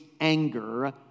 anger